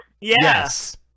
Yes